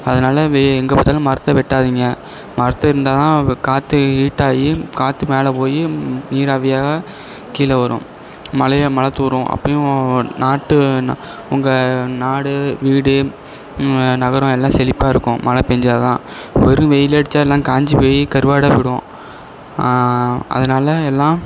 அதனால வே எங்கே பார்த்தாலும் மரத்தை வெட்டாதீங்கள் மரத்தை இருந்தால் தான் காற்று ஹீட்டாகி காற்று மேலே போய் நீராவியாக கீழே வரும் மழையாக மழை தூரும் அப்போயும் நாட்டு உங்கள் நாடு வீடு நகரம் எல்லாம் செழிப்பாக இருக்கும் மழை பெஞ்சால் தான் வெறும் வெயிலே அடித்தா எல்லாம் காஞ்சு போய் கருவாடாக போய்டும் அதனால் எல்லாம்